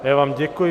Já vám děkuji.